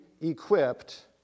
equipped